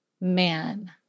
man